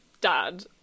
Dad